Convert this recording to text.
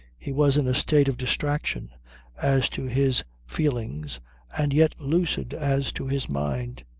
he was in a state of distraction as to his feelings and yet lucid as to his mind.